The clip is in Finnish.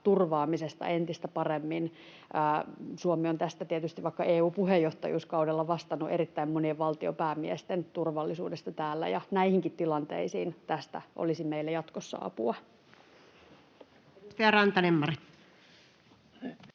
turvaamisesta entistä paremmin. Suomi on tietysti vaikka EU-puheenjohtajuuskaudella vastannut erittäin monien valtionpäämiesten turvallisuudesta täällä, ja näihinkin tilanteisiin tästä olisi meille jatkossa apua.